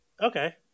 Okay